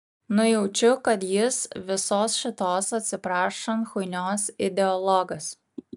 nujaučiu kad jis visos šitos atsiprašant chuinios ideologas